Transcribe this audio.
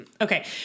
Okay